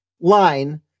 line